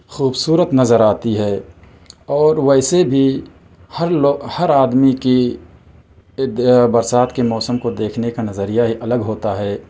خوبصورت نظر آتی ہے اور ویسے بھی ہر لو ہر آدمی کی برسات کے موسم کو دیکھنے کا نظریہ ہی الگ ہوتا ہے